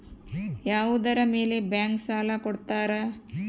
ಯಾವುದರ ಮೇಲೆ ಬ್ಯಾಂಕ್ ಸಾಲ ಕೊಡ್ತಾರ?